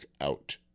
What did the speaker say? out